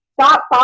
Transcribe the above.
Stop